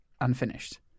unfinished